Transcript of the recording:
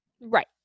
right